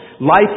Life